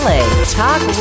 Talk